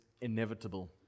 inevitable